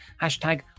Hashtag